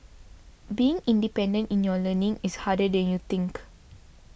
being independent in your learning is harder than you think